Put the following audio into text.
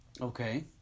Okay